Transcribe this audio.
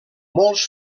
molts